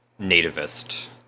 nativist